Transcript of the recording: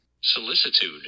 Solicitude